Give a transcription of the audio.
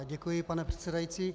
Děkuji, pane předsedající.